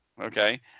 okay